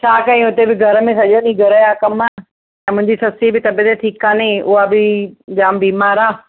छा कयूं हुते बि घर में सॼो ॾींहुं घर जा कम ऐं मुंहिंजी सस जी बि तबीअत ठीकु कोन्हे उहा बि जाम बीमारु आहे